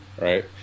right